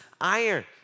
iron